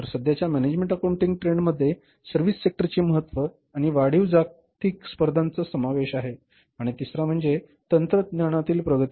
तर सध्याच्या management accounting ट्रेंडमध्ये सर्व्हिस सेक्टरचे महत्त्व आणि वाढीव जागतिक स्पर्धांचा समावेश आहे आणि तिसरा म्हणजे तंत्रज्ञानातील प्रगती